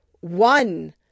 One